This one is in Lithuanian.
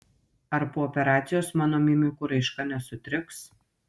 ar po operacijos mano mimikų raiška nesutriks